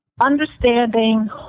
understanding